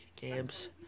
games